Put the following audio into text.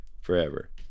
forever